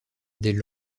des